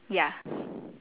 ya